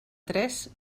tres